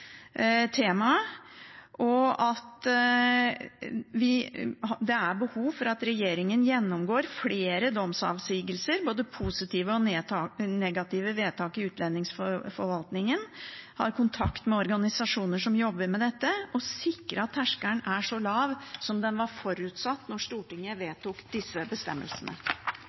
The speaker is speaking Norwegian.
temaet, og at det er behov for at regjeringen gjennomgår flere domsavsigelser, både positive og negative vedtak i utlendingsforvaltningen, og har kontakt med organisasjoner som jobber med dette for å sikre at terskelen er så lav som den var forutsatt å være da Stortinget vedtok disse bestemmelsene.